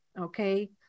Okay